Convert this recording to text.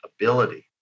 ability